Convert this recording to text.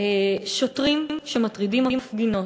שוטרים שמטרידים מפגינות,